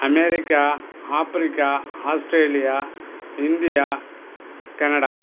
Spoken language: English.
America Africa Australia India Canada